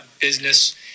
business